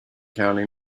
county